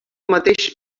mateix